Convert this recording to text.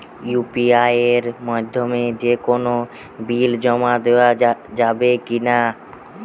UPI এর মাধ্যমে যে কোনো বিল জমা দেওয়া যাবে কি না?